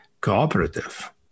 cooperative